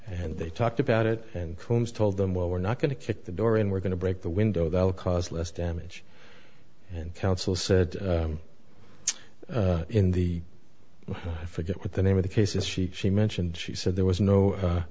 and they talked about it and combs told them well we're not going to kick the door in we're going to break the window that will cause less damage and counsel said in the i forget what the name of the case is she she mentioned she said there was no